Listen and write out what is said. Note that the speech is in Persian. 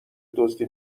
دزدی